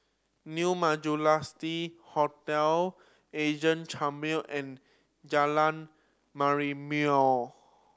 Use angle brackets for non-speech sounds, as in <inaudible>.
New <unintelligible> Hotel <unintelligible> Chamber and Jalan Merlimau